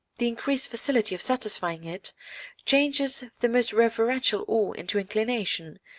the increased facility of satisfying it changes the most reverential awe into inclination,